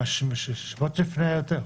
בשבת לפני היה יותר,